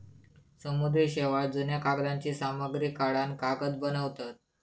समुद्री शेवाळ, जुन्या कागदांची सामग्री काढान कागद बनवतत